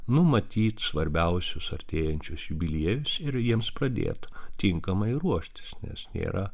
numatyt svarbiausius artėjančios jubiliejus ir jiems pradėt tinkamai ruoštis nes nėra